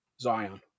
Zion